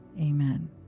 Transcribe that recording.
Amen